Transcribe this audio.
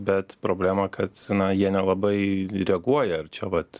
bet problema kad na jie nelabai reaguoja ir čia vat